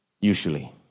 usually